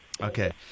Okay